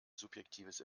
subjektives